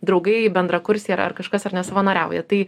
draugai bendrakursiai ar ar kažkas ar ne savanoriauja tai